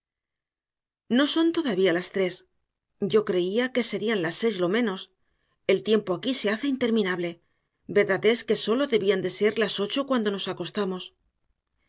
no son todavía las tres yo creía que serían las seis lo menos el tiempo aquí se hace interminable verdad es que sólo debían de ser las ocho cuando nos acostamos